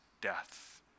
death